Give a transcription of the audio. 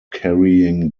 carrying